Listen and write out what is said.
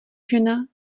žena